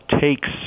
takes